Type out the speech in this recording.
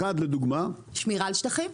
אחד לדוגמה --- שמירה על שטחים.